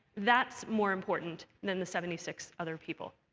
that's more important than the seventy six other people.